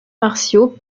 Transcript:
martiaux